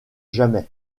jamais